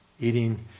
eating